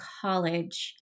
college